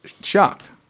Shocked